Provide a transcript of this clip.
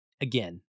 again